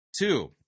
Two